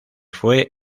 fue